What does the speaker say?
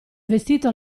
vestito